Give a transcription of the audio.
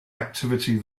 activity